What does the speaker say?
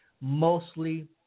mostly